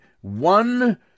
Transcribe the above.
one